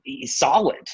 solid